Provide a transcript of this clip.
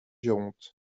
géronte